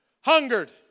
hungered